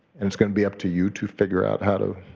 and it's gonna be up to you to figure out how to